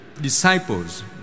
disciples